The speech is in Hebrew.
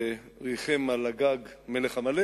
שריחם על אגג מלך עמלק